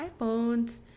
iPhones